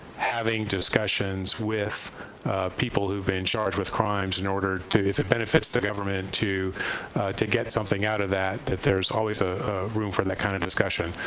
having discussions with people who have been charged with crimes in order to, if it benefits the government, to to get something out of that, that there's always room for that kind of discussion.